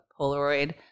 Polaroid